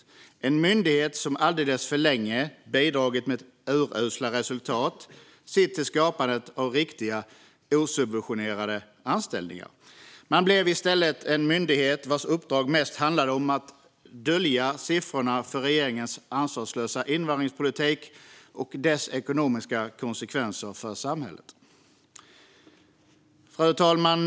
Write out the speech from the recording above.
Detta är en myndighet som alldeles för länge har bidragit med urusla resultat sett till skapandet av riktiga, osubventionerade anställningar. Man har i stället blivit en myndighet vars uppdrag mest handlat om att dölja siffrorna för regeringens ansvarslösa invandringspolitik och dess ekonomiska konsekvenser för samhället. Fru talman!